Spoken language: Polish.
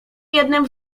jednym